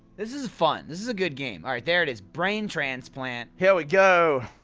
this is fun, this is a good game alright, there it is, brain transplant here we go!